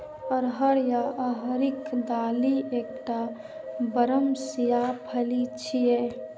अरहर या राहरिक दालि एकटा बरमसिया फली छियै